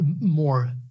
more